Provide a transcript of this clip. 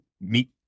meet